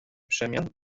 przemian